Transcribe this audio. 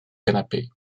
canapé